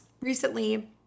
recently